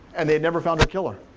and they'd never found her killer.